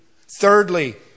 Thirdly